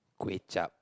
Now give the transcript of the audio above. kway-zhap